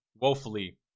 woefully